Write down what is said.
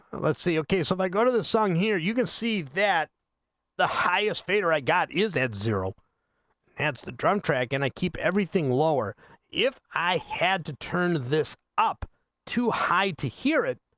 c ok so by go to the song here you can see that the highest fader i got is at zero heads the drum track and i keep everything lower if i had to turn this up too high to hear it